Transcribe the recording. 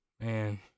Man